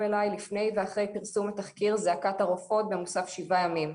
אליי לפני ואחרי פרסום התחקיר "זעקת הרופאות" במוסף שבעה ימים.